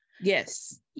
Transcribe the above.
Yes